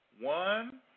One